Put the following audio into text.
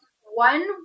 one